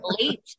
late